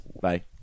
Bye